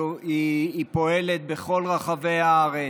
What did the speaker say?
היא פועלת בכל רחבי הארץ,